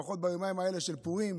לפחות ביומיים האלה של פורים.